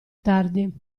tardi